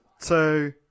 two